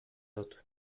dut